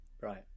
Right